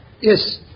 Yes